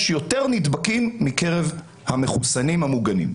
יש יותר נדבקים מקרב המחוסנים המוגנים.